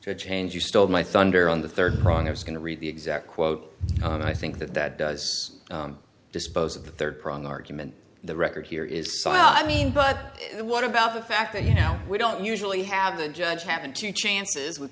to change you stole my thunder on the third prong i was going to read the exact quote but i think that that does dispose of the third prong argument the record here is so i mean but what about the fact that you know we don't usually have the judge happen to chances with